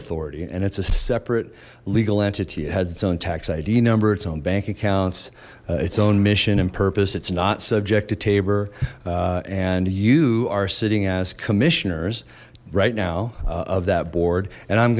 authority and it's a separate legal entity it has its own tax id number its own bank accounts its own mission and purpose it's not subject to tabor and you are sitting as commissioners right now of that board and i'm